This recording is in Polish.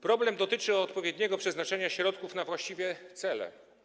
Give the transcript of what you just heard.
Problem dotyczy odpowiedniego przeznaczenia środków na właściwe cele.